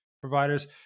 providers